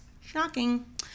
Shocking